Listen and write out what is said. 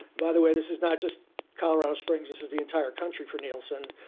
but the way, this is not just colorado springs. this is the entire country for nielsen.